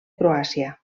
croàcia